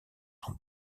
son